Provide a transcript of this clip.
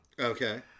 Okay